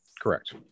correct